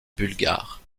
bulgare